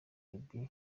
baby